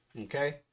Okay